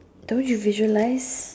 don't you visualise